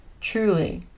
truly